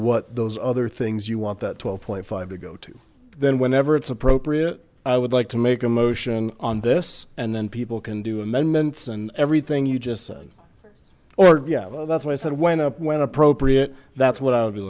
what those other things you want that twelve point five to go to then whenever it's appropriate i would like to make a motion on this and then people can do amendments and everything you just said or yeah that's what i said went up when appropriate that's what i